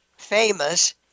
famous